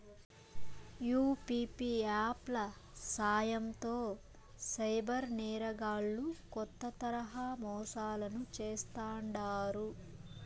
UPI app ల సాయంతో cyber నేరగాల్లు కొత్త తరహా మోసాలను చేస్తాండారు